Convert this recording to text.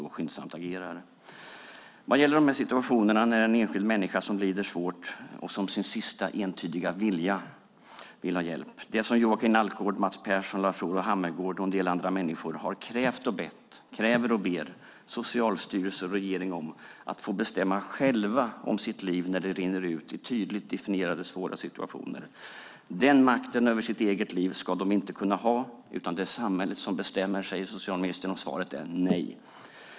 Vi pratar om situationer där en enskild människa som lider svårt och som sin sista entydiga vilja har det som Joakim Alpgård, Mats Persson, Lars-Olov Hammergård och en del andra människor kräver av och ber Socialstyrelsen och regering om, nämligen hjälp att själva få bestämma om sitt liv när det rinner ut i tydligt definierade svåra situationer. Den makten över sitt eget liv ska de inte kunna ha. Socialministern säger att det är samhället som bestämmer, och svaret är: Nej.